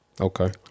Okay